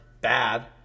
Bad